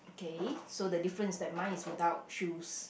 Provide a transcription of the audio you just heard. okay so the difference that mine is without shoes